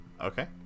Okay